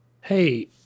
hey